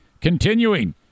continuing